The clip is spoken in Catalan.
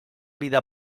vida